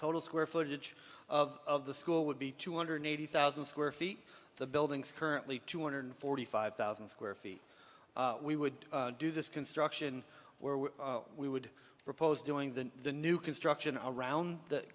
total square footage of the school would be two hundred eighty thousand square feet the buildings currently two hundred forty five thousand square feet we would do this construction where we would propose doing the the new construction on around the